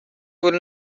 وول